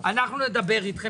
נדבר אתכם.